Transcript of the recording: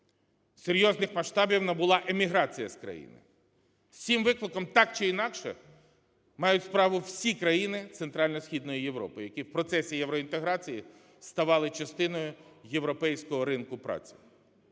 Серйозних масштабів набула еміграція з країни. З цим викликом так чи інакше мають справи всі країни Центрально-Східної Європи, які в процесі євроінтеграції ставали частиною європейського ринку праці.